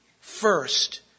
First